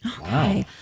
Wow